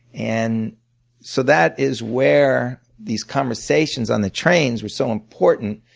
and so that is where these conversations on the trains were so important.